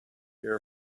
fear